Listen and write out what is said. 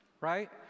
right